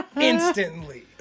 instantly